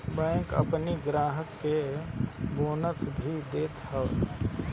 bank अपनी ग्राहक के बोनस भी देत हअ